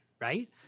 right